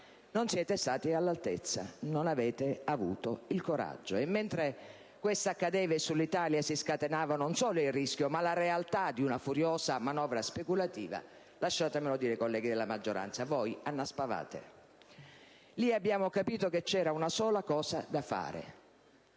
Non siete stati all'altezza e non avete avuto il coraggio. Mentre questo accadeva e sull'Italia si scatenava non solo il rischio, ma la realtà di una furiosa manovra speculativa - lasciatemelo dire, colleghi della maggioranza - voi annaspavate. Lì abbiamo capito che c'era una sola cosa da fare: